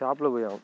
షాపులోకి పోయాము